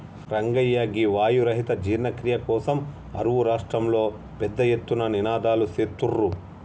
రంగయ్య గీ వాయు రహిత జీర్ణ క్రియ కోసం అరువు రాష్ట్రంలో పెద్ద ఎత్తున నినాదలు సేత్తుర్రు